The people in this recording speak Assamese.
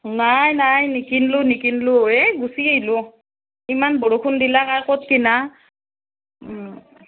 নাই নাই নিকিনিলো নিকিনিলো এই গুচি আহিলো ইমান বৰষুণ দিলে আৰু ক'ত কিনা